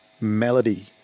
Melody